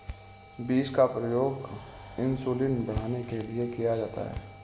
beans का प्रयोग insulin बढ़ाने के लिए किया जाता है